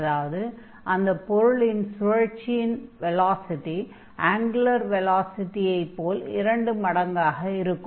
அதாவது அந்தப் பொருளின் சுழற்சியின் வெலாசிடி ஆங்குலர் வெலாசிடியை போல இரண்டு மடங்காக இருக்கும்